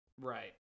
Right